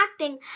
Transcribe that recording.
acting